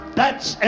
thats